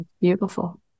Beautiful